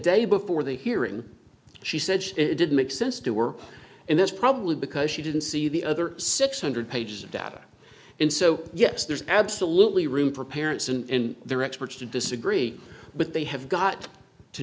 day before the hearing she said it did make sense to work and that's probably because she didn't see the other six hundred pages of data and so yes there's absolutely room for parents and their experts to disagree but they have got to